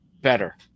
better